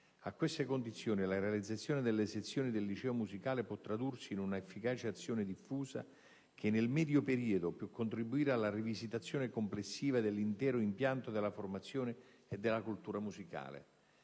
a queste condizioni la realizzazione delle sezioni del liceo musicale può tradursi in una efficace azione diffusa che, nel medio periodo, può contribuire alla rivisitazione complessiva dell'intero impianto della formazione e della cultura musicale.